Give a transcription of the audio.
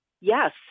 Yes